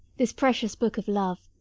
this precious book of love,